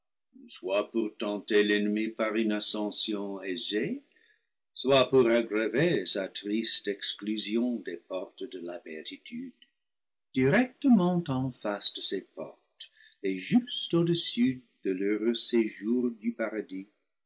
soit pour tenter l'ennemi par une ascension aisée soit pour aggraver sa triste exclusion des portes de la béatitude directement en face de ces portes et juste au-dessus de l'heureux séjour du paradis